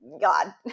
god